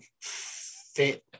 fit